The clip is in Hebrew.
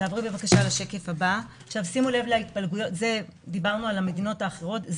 דיברנו על המדינות האחרות,